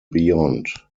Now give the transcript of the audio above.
beyond